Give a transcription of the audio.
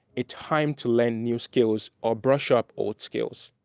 a time to learn new skills or brush up old skills,